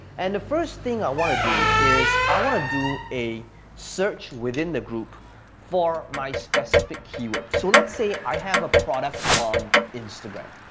and the first thing i wanna do is i wanna do a search within the group for my specific keyword. so let's say i have a product on instagram.